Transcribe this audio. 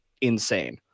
insane